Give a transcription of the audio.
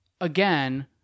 again